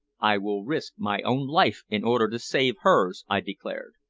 i will risk my own life in order to save hers, i declared.